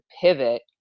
pivot